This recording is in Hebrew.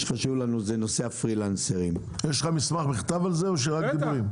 יש לך מסמך בכתב על זה, או רק דיבורים?